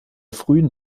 frühen